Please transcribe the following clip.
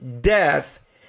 death